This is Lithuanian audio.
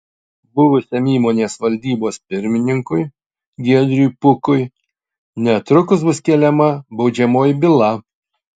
buvusiam įmonės valdybos pirmininkui giedriui pukui netrukus bus keliama baudžiamoji byla